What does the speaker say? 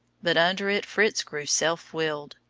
but under it fritz grew self-willed.